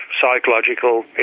psychological